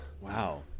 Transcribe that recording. Wow